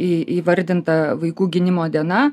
įvardinta vaikų gynimo diena